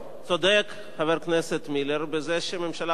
צודק חבר הכנסת מילר בזה שממשלה אף פעם